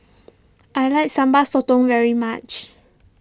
I like Sambal Sotong very much